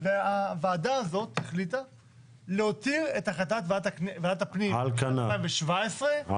והוועדה הזו החליטה להותיר את החלטת ועדת הפנים על כנה,